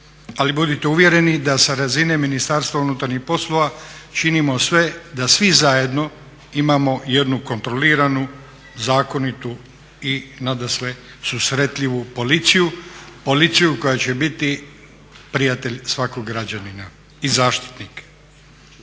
ali budite uvjereni da sa razine Ministarstva unutarnjih poslova činimo sve da svi zajedno imao jednu kontroliranu, zakonitu i nadasve susretljivu policiju, policiju koja će biti prijatelj svakog građanina i zaštitnik.